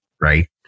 right